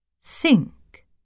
Sink